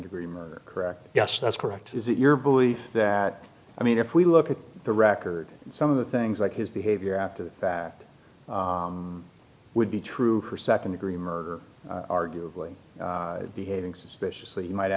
degree murder correct yes that's correct is it your belief that i mean if we look at the record and some of the things like his behavior after the fact would be true for second degree murder arguably behaving suspiciously might